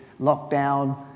lockdown